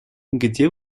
где